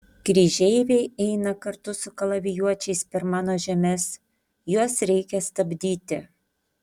kryžeiviai eina kartu su kalavijuočiais per mano žemes juos reikia stabdyti